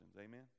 Amen